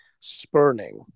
spurning